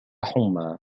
حمى